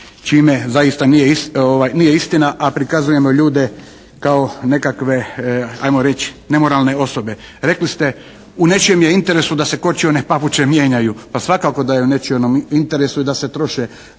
čime zaista nije istina, a prikazujemo ljude kao nekakve ajmo reći nemoralne osobe. Rekli ste u nečijem je interesu da se kočione papuče mijenjaju. Pa svakako da je u nečijem interesu i da se troše